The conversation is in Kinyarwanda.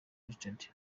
richard